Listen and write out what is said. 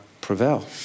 prevail